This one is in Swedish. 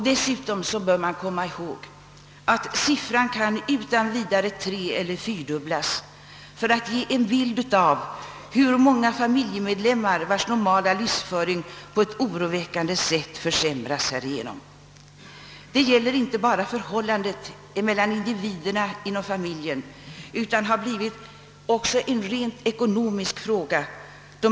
Dessutom bör man komma ihåg, att den nyssnämnda siffran utan vidare kan treeller fyrdubblas, för att få en bild av hur många familjemedlemmar det är som riskerar att i oroväckande hög grad få sin livsföring försämrad härigenom. Det gäller inte bara förhållan det mellan individerna inom familjen utan det har också blivit en rent ekonomisk fråga.